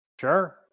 Sure